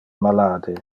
malade